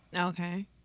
Okay